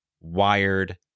wired